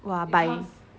!wah! by